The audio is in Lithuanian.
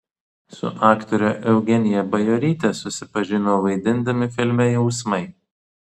su aktore eugenija bajoryte susipažino vaidindami filme jausmai